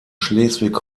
schleswig